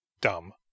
dumb